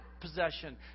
possession